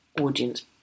audience